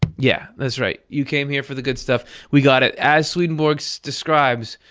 yeah. that's right. you came here for the good stuff. we got it. as swedenborg so describes,